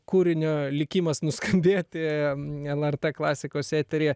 kūrinio likimas nuskambėti lrt klasikos eteryje